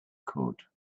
could